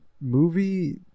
movie